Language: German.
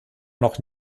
noch